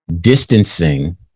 distancing